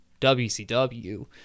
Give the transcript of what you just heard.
wcw